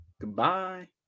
Goodbye